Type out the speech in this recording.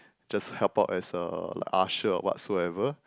just help out as a usher or whatsoever